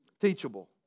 Teachable